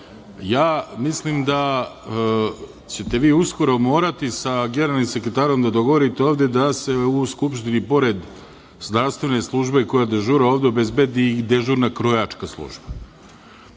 27.Mislim da ćete vi uskoro morati sa generalnim sekretarom da dogovorite ovde da se u Skupštini, pored zdravstvene službe koja dežura ovde, obezbedi i dežurna krojačka služba. Stepen